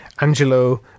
Angelo